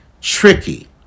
tricky